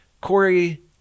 Corey